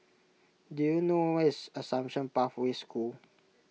do you know where is Assumption Pathway School